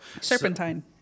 serpentine